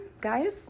guys